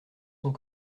sont